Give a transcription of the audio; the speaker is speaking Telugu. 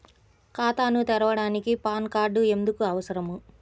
ఖాతాను తెరవడానికి పాన్ కార్డు ఎందుకు అవసరము?